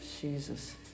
Jesus